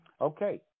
Okay